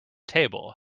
table